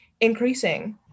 increasing